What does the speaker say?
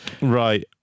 Right